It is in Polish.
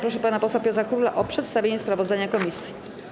Proszę pana posła Piotra Króla o przedstawienie sprawozdania komisji.